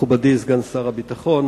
מכובדי סגן שר הביטחון,